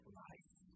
life